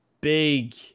big